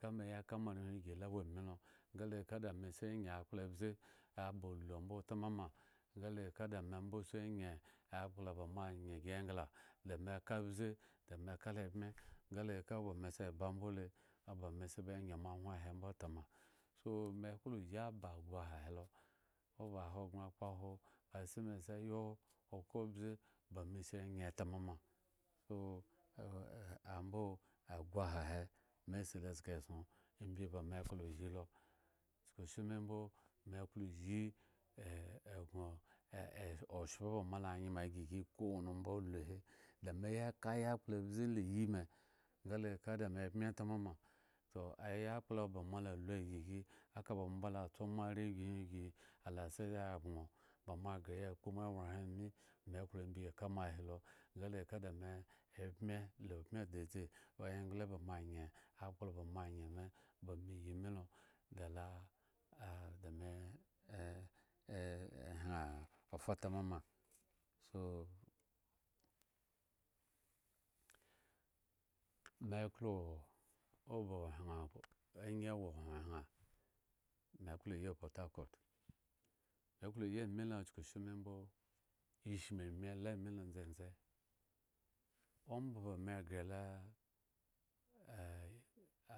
Nga me yaka moarehwin gi la wo amilo nga me sa ya nye akpla abze aba ulu ambo tamama ngale da me sa nye akpla ba mo anye gi engla da me ka abze, da me kalo ebmye nga le ka bame se ba mbo le mesa ba nye moahwon ahe mbo tama so me klo yi aba aha helo oba hogbren kpo ahwo asi me si ayi okhro obze ba me sa nye tamama so agu aha he me silo ezga eson imbi ba me klo yi lo chukushimi mbo meklo yi egŋo eeoshpo ba mola nyemo ygi kowani omba ulu hi dameyi ka kpla abze la iyi me nga le ka da me bme tamama toh ayakpla ba la lu ygi gi aka ba mo ala tso arehwin gi ola si ya gboŋ ba mo ghre ya kpo mo ewayhren ami me klo ya ka mo ahi lo nga le ka da me bme la ubmi dedze ko engla ba mo anye akplo ba anye me ba me yi milo da lo de me hyen fa tamama so meklo obahyen angyin wo hyeŋhyeŋ me klo yi potakot meklo yi amilo chukushimi mbo ishmu ami la amilo dzendze omba ba me ghre lo eh.